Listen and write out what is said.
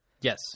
Yes